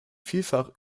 vielfach